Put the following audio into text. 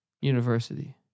University